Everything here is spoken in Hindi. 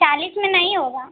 चालीस में नहीं होगा